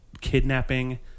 kidnapping